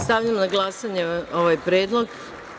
Stavljam na glasanje ovaj predlog.